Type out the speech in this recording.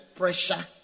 pressure